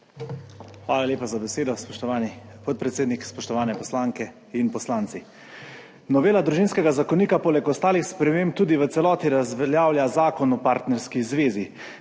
Hvala lepa za besedo, spoštovani podpredsednik. Spoštovane poslanke in poslanci! Novela Družinskega zakonika poleg ostalih sprememb tudi v celoti razveljavlja Zakon o partnerski zvezi.